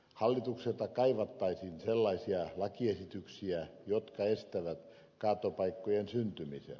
hallitukselta kaivattaisiin sellaisia lakiesityksiä jotka estävät kaatopaikkojen syntymisen